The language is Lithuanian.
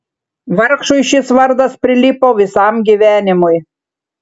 vargšui šis vardas prilipo visam gyvenimui